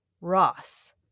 Ross